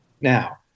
Now